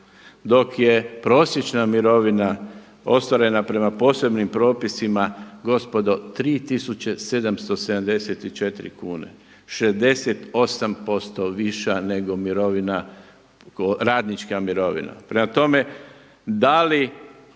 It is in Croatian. dok je prosječna mirovina ostvarena prema posebnim propisima gospodo 3774 kune, 68% viša nego mirovina, radnička mirovina. Prema tome, da li